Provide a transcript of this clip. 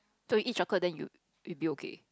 so you eat chocolate then you you will be okay